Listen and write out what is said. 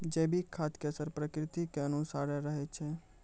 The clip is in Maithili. जैविक खाद के असर प्रकृति के अनुसारे रहै छै